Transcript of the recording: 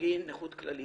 בגין נכות כללית.